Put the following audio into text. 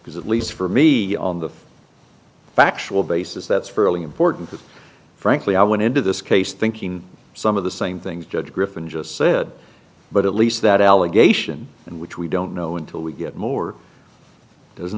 because at least for me on the factual basis that's fairly important that frankly i went into this case thinking some of the same things judge griffin just said but at least that allegation and which we don't know until we get more